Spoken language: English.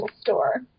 store